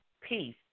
peace